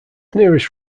nearest